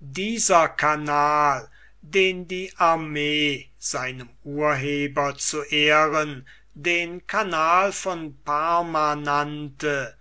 dieser kanal den die armee seinem urheber zu ehren den kanal von parma nannte